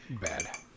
bad